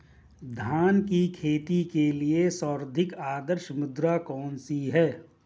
धान की खेती के लिए सर्वाधिक आदर्श मृदा कौन सी है?